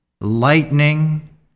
lightning